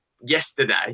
yesterday